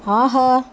ஆஹா